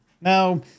Now